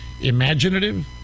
imaginative